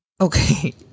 Okay